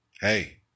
Hey